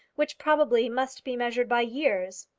which probably must be measured by years.